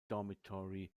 dormitory